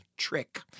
trick